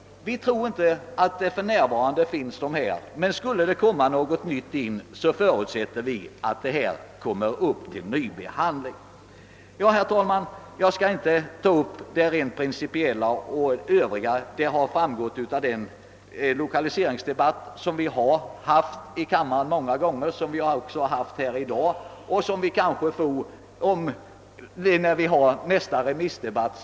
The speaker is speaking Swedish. Vi tror inte att den situationen kommer att föreligga, men skulle den uppstå förutsätter vi att frågan tas upp till ny behandling. Jag skall inte ta upp de principiella synpunkterna på lokaliseringsfrågan. De har redan ventilerats i de lokaliseringsdebatter, som vi så många gånger och även i dag haft i kammaren, och de tas kanske upp på nytt redan i nästa remissdebatt.